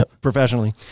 professionally